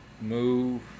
move